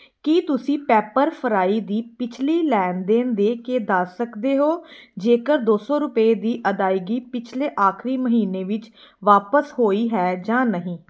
ਕੀ ਤੁਸੀਂਂ ਪੈਪਰਫ੍ਰਾਈ ਦੀ ਪਿਛਲੀ ਲੈਣ ਦੇਣ ਦੇਖ ਕੇ ਦੱਸ ਸਕਦੇ ਹੋ ਜੇਕਰ ਦੋ ਸੌ ਰੁਪਏ ਦੀ ਅਦਾਇਗੀ ਪਿਛਲੇ ਆਖਰੀ ਮਹੀਨੇ ਵਿੱਚ ਵਾਪਸ ਹੋਈ ਹੈ ਜਾਂ ਨਹੀਂ